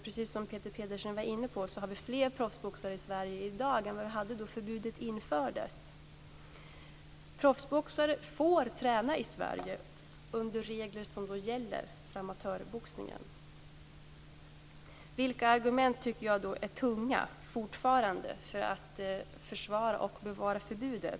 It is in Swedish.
Precis som Peter Pedersen var inne på har vi fler proffsboxare i Sverige i dag än vad vi hade då förbudet infördes. Proffsboxare får träna i Sverige, under de regler som gäller för amatörboxningen. Vilka argument tycker jag då fortfarande är tunga för att försvara och bevara förbudet?